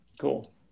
Cool